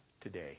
today